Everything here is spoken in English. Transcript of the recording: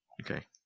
Okay